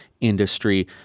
industry